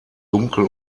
dunkel